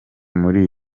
muri